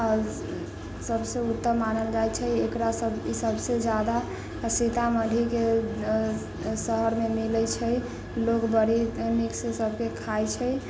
सबसे उत्तम मानल जाइ छै एकरा सबसे ई सबसे जादा सीतामढ़ी के शहर मे मिलै छै लोग बड़ी मिक्स सबके खाइ छै